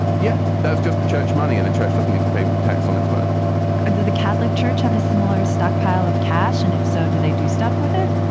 yeah, that's just the church money and the church doesn't need to pay tax on its money ah did the catholic church have a similar stockpile of cash? and if so, do they do stuff with it?